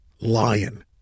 lion